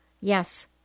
Yes